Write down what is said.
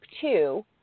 two